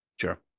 Sure